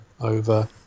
over